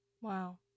Wow